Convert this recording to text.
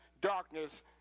darkness